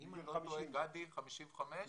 אם אני לא טועה, גדי, 55?